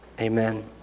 Amen